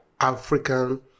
african